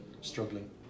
struggling